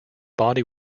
body